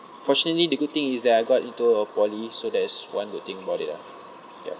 fortunately the good thing is that I got into a poly so that is one good thing about it ah ya